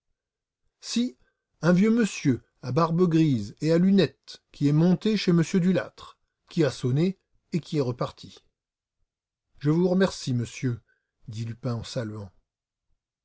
si un vieux monsieur à barbe grise et à lunettes qui est monté chez m dulâtre qui a sonné et qui est reparti je vous remercie monsieur dit lupin en saluant